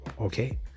okay